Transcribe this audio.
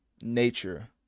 nature